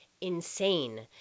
insane